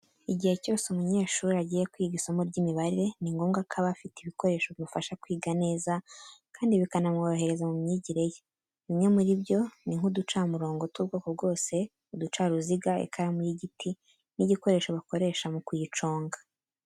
Igihe cyose umunyeshuri agiye kwiga isomo ry'imibare, ni ngombwa ko aba afite ibikoresho bimufasha kwiga neza kandi bikanamworohereza mu myigire ye. Bimwe muri byo, ni nk'uducamurongo tw'ubwoko bwose, uducaruziga, ikaramu y'igiti, n'agakoresho bakoresha mu kuyiconga.